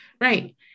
Right